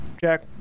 Jack